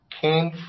came